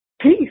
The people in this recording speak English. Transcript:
peace